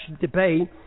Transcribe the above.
debate